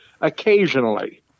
occasionally